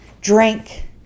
drink